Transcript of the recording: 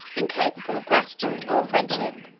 incapable of gratitude or friendship